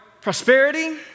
prosperity